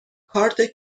کارت